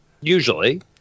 Usually